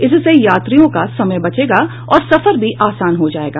इससे यात्रियों का समय बचेगा और सफर भी आसान हो जायेगा